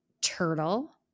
Turtle